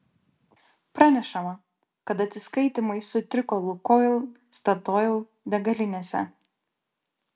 pranešama kad atsiskaitymai sutriko lukoil statoil degalinėse